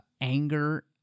anger